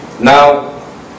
Now